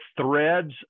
threads